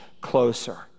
closer